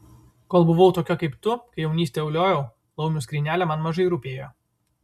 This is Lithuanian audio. kol buvau tokia kaip tu kai jaunystę uliojau laumių skrynelė man mažai rūpėjo